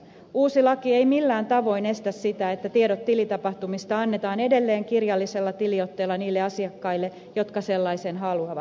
uusi laki ei millään tavoin estä sitä että tiedot tilitapahtumista annetaan edelleen kirjallisella tiliotteella niille asiakkaille jotka sellaisen haluavat